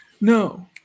No